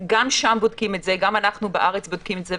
גם שם בודקים את זה, גם אנחנו בארץ בודקים את זה.